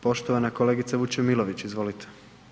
Poštovana kolegica Vučemilović, izvolite.